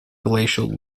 glacial